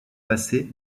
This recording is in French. passer